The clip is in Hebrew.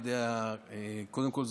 קודם כול,